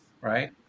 right